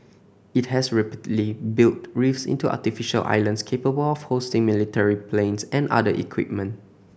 it has rapidly built reefs into artificial islands capable of hosting military planes and other equipment